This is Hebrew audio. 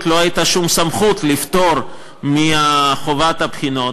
לא הייתה שום סמכות לפטור מחובת הבחינות,